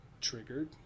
triggered